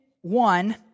one